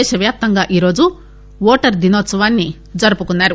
దేశ వ్యాప్తంగా ఈ రోజు ఓటర్ దినోత్సవాన్ని జరుపుకున్నారు